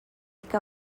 que